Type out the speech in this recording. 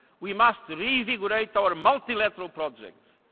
we must reinvigorate our multilateral project.